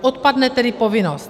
Odpadne tedy povinnost.